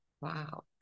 wow